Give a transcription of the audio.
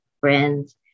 friends